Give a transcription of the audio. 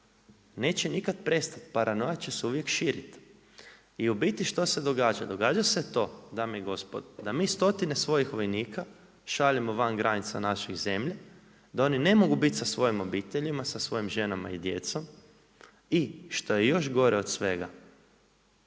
neće nikada prestati, paranoja će se uvije širit. I u biti što se događa? Događa se to dame i gospodo da mi stotine svojih vojnika šaljemo van granica naše zemlje, da oni ne mogu biti sa svojim obiteljima, sa svojim ženama i djecom i što je još gore od svega